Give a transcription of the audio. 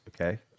Okay